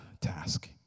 task